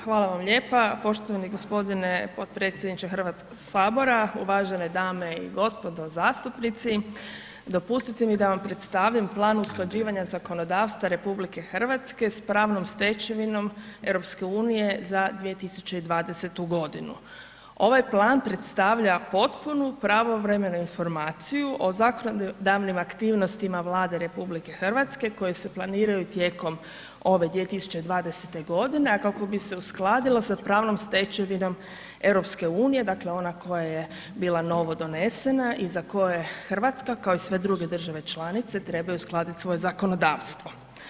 Hvala vam lijepa poštovani g. potpredsjedniče HS, uvažene dame i gospodo zastupnici, dopustite mi da vam predstavim plan usklađivanja zakonodavstva RH s pravnom stečevinom EU za 2020.g. Ovaj plan predstavlja potpunu pravovremenu informaciju o zakonodavnim aktivnostima Vlade RH koji se planiraju tijekom ove 2020.g., a kako bi se uskladilo sa pravnom stečevinom EU, dakle ona koja je bila novodonesena i za koje RH kao i sve druge države članice trebaju uskladiti svoje zakonodavstvo.